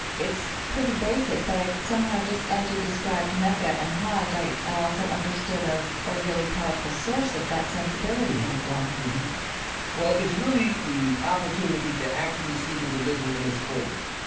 it's pretty basic, but i somehow just, as you described mecca and hajj, i i also understood a ah really powerful source of that sensibility in islam well, it's really the opportunity to actually see the religion in its fullness.